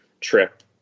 trip